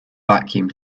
vacuum